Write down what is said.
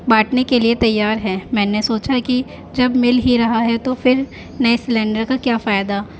بانٹنے کے لیے تیار ہے میں نے سوچا کہ جب مل ہی رہا ہے تو پھر نئے سلینڈر کا کیا فائدہ